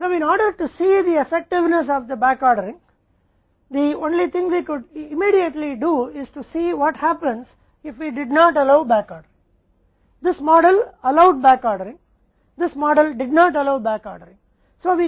अब back order की प्रभावशीलता को देखने के लिए केवल एक चीज जो हम तुरंत कर सकते हैं वह यह है कि बैकऑर्डर की अनुमति नहीं देने पर क्या होता है इस मॉडल ने बैकऑर्डरिंग की अनुमति दी इस मॉडल ने बैकऑर्डरिंग की अनुमति नहीं दी